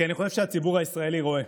כי אני חושב שהציבור הישראלי רואה.